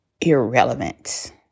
irrelevant